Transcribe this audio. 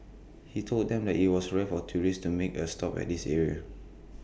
he told them that IT was rare for tourists to make A stop at this area